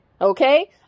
Okay